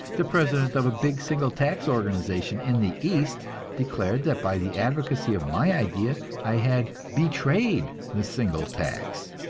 the president of a big single tax organization in the east declared that by the advocacy of my idea i had betrayed the single tax!